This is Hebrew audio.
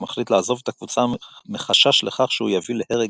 מחליט לעזוב את הקבוצה מחשש לכך שהוא יביא להרג מיותר.